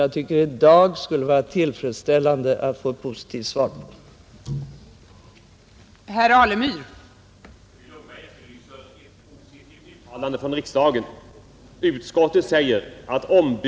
Jag tycker det skulle vara tillfredsställande att i dag få ett positivt svar på denna.